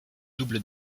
double